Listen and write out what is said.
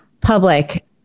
public